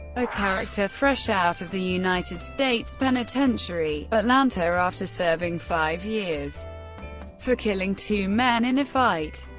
a character fresh out of the united states penitentiary, atlanta after serving five years for killing two men in a fight.